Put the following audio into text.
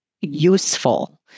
useful